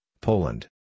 Poland